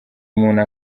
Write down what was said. umuntu